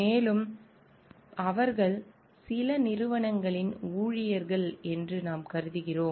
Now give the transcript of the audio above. மேலும் பெரும்பாலும் அவர்கள் சில நிறுவனங்களின் ஊழியர்கள் என்று நாம் கருதுகிறோம்